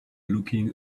looking